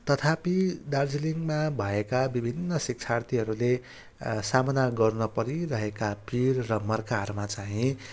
तथापि दार्जिलिङमा भएका विभिन्न शिक्षार्थीहरूले सामना गर्न परिरहेका पिर र मर्काहरूमा चाहिँ